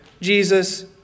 Jesus